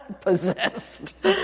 possessed